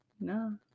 no